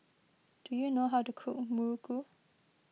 do you know how to cook Muruku